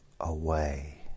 away